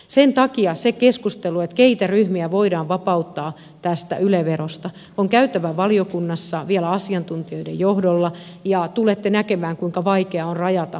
sen takia se keskustelu keitä ryhmiä voidaan vapauttaa tästä yle verosta on käytävä valiokunnassa vielä asiantuntijoiden johdolla ja tulette näkemään kuinka vaikeaa on rajata tiettyjä ryhmiä ulos